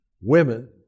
women